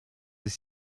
des